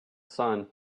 sun